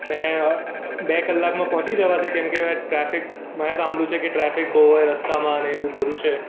મેં બે કલાકમાં પહોંચી જવાશે કેમ કે ટ્રાફિક મેં સાંભળ્યું છે કે ટ્રાફિક બહુ હોય રસ્તામાં ને એવું બધું છે